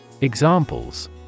examples